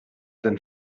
denn